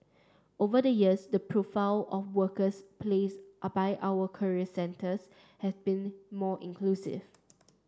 over the years the profile of workers placed are by our career centres has become more inclusive